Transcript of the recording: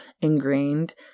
ingrained